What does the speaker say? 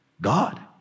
God